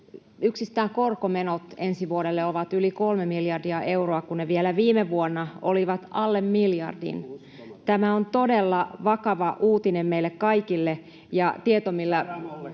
Yksistään korkomenot ensi vuodelle ovat yli kolme miljardia euroa, kun ne vielä viime vuonna olivat alle miljardin. [Ben Zyskowicz: Uskomatonta!] Tämä on todella vakava uutinen meille kaikille ja tieto, [Ben